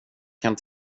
kan